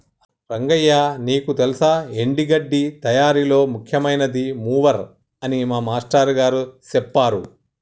రంగయ్య నీకు తెల్సా ఎండి గడ్డి తయారీలో ముఖ్యమైనది మూవర్ అని మా మాష్టారు గారు సెప్పారు